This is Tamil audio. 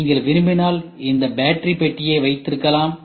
நீங்கள் விரும்பினால் இந்த பேட்டரி பெட்டியை வைத்திருக்கலாம்